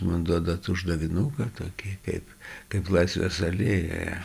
man duodat uždavinuką tokį kaip kaip laisvės alėjoje